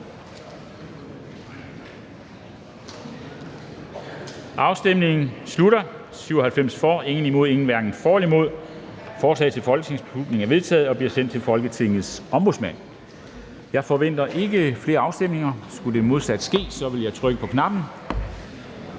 stemte 0, hverken for eller imod stemte 0. Forslaget til folketingsbeslutning er enstemmigt vedtaget og bliver sendt til Folketingets Ombudsmand. Jeg forventer ikke flere afstemninger. Skulle det modsatte ske, vil jeg trykke på knappen.